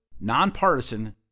nonpartisan